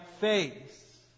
face